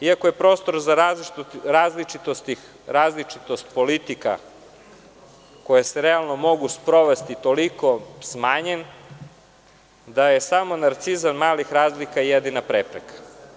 Iako je prostor za različitost politika koje se realno mogu sprovesti toliko smanjen da je samo narcizam malih razlika jedina prepreka.